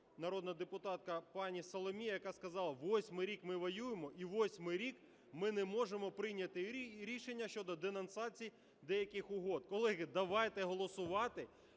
народна депутатка пані Соломія, яка сказала: восьмий рік ми воюємо і восьмий рік ми не можемо прийняти рішення щодо денонсації деяких угод. Колеги, давайте голосувати.